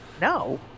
No